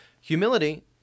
Humility